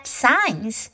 signs